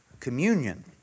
Communion